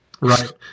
right